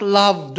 love